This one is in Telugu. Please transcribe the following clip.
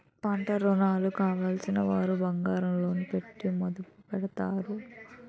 పంటరుణాలు కావలసినవారు బంగారం లోను పెట్టి మదుపు పెడతారు